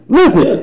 listen